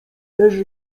leży